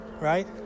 right